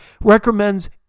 recommends